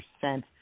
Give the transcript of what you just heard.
percent